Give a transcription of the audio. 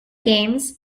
games